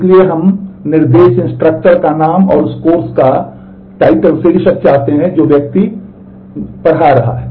इसलिए हम निर्देश इंस्ट्रक्टर का शीर्षक चाहते हैं जो व्यक्ति सिखा रहा है